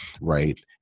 right